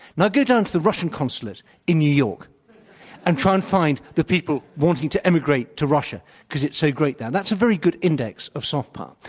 now go down to the russian consulate in new york and try and find the people wanting to immigrate to russia because it's so great there. that's a very good index of soft power.